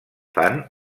fan